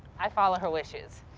i follow her wishes.